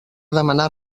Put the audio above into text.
demanar